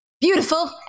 beautiful